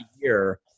year